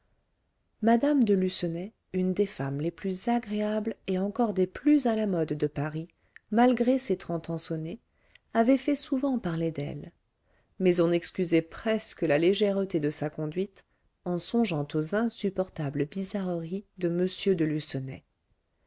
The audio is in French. mme de lucenay une des femmes les plus agréables et encore des plus à la mode de paris malgré ses trente ans sonnés avait fait souvent parler d'elle mais on excusait presque la légèreté de sa conduite en songeant aux insupportables bizarreries de m de